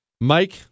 Mike